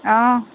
অঁ